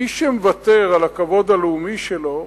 מי שמוותר על הכבוד הלאומי שלו,